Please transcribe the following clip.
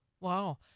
Wow